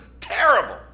terrible